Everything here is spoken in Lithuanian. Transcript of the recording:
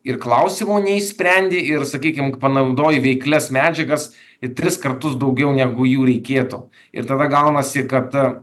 ir klausimo neišsprendi ir sakykim panaudoji veiklias medžiagas ir tris kartus daugiau negu jų reikėtų ir tada gaunasi kad